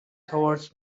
towards